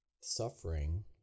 suffering